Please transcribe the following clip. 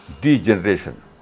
Degeneration